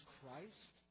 Christ